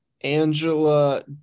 Angela